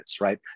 right